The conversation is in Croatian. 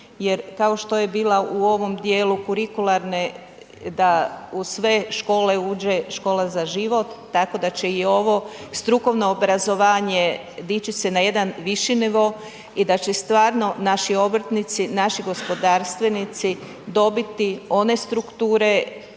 jer kao što je bila u ovom dijelu kurikularne da u sve škole uđe Škola za život, tako da će i ovo strukovno obrazovanje dići se na jedan viši nivo i da će stvarno naši obrtnici, naši gospodarstvenici dobiti one strukture